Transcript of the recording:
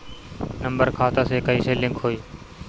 Number खाता से कईसे लिंक होई?